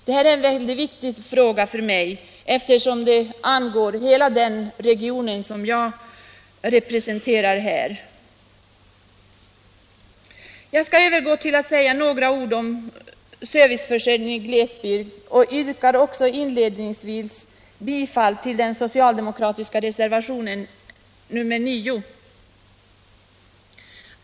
Det är en väldigt viktig fråga för mig, eftersom den angår hela den region som jag representerar här. Jag övergår nu till att säga några ord om serviceförsörjningen i glesbygd. Inledningsvis yrkar jag bifall till den socialdemokratiska reservationen 9.